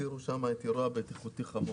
החסירו שם את "אירוע בטיחותי חמור".